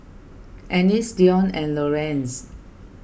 Ennis Deon and Lorenz